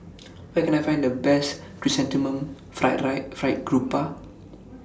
Where Can I Find The Best Chrysanthemum Fried Fried Garoupa